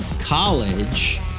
College